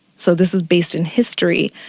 so this is based in history.